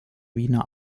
wiener